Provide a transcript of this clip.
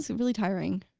so really tiring.